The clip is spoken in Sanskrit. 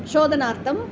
क्षोदनार्थम्